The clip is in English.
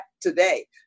today